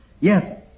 Yes